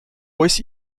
ось